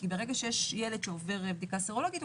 כי ברגע שיש ילד שעובר בדיקה סרולוגית,